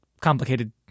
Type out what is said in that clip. complicated